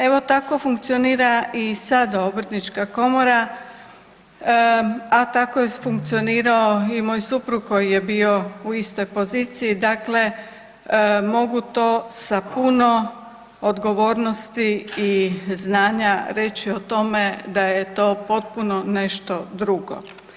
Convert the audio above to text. Evo, tako funkcionira i sada Obrtnička komora, a tako je funkcionirao i moj suprug koji je bio u istoj poziciji, dakle, mogu to sa puno odgovornosti i znanja reći o tome da je to potpuno nešto drugo.